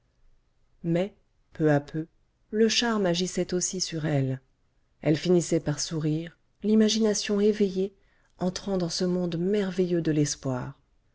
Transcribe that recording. mais peu à peu le charme agissait aussi sur elle elle finissait par sourire l'imagination éveillée entrant dans ce monde merveilleux de l'espoir